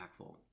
impactful